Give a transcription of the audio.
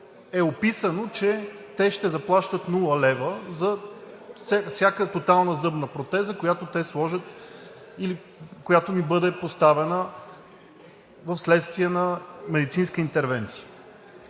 е описано, че те ще заплащат нула лева за всяка тотална зъбна протеза, която те сложат или която им бъде поставена вследствие на медицинска интервенция.